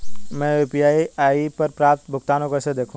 मैं यू.पी.आई पर प्राप्त भुगतान को कैसे देखूं?